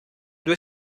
due